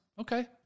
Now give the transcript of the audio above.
Okay